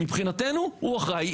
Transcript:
מבחינתנו הוא אחראי.